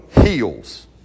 heals